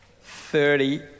thirty